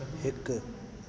हिकु